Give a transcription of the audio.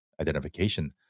identification